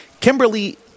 Kimberly